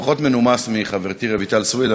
פחות מנומס מחברתי רויטל סויד,